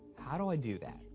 how do i do that?